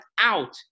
out